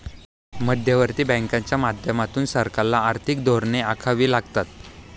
मध्यवर्ती बँकांच्या माध्यमातून सरकारला आर्थिक धोरणे आखावी लागतात